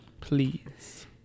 Please